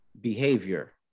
behavior